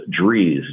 Drees